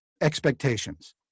expectations